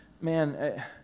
man